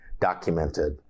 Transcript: documented